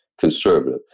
conservative